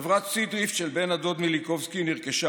חברת סידריפט של בן הדוד מיליקובסקי נרכשה